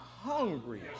hungry